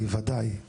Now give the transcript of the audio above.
שמגיעים מוגבלים.